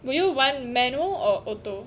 will you want manual or auto